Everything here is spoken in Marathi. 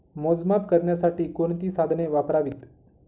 मोजमाप करण्यासाठी कोणती साधने वापरावीत?